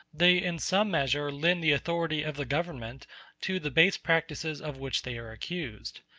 they in some measure lend the authority of the government to the base practices of which they are accused.